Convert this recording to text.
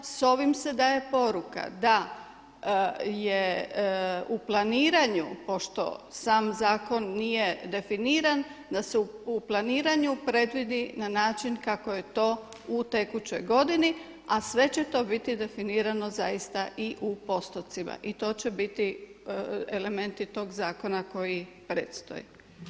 S ovim se daje poruka da je u planiranju, pošto sam zakon nije definiran da se u planiranju predvidi na način kako je to u tekućoj godini a sve će to biti definirano zaista i u postotcima i to će biti elementi tog zakona koji predstoje.